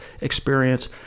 experience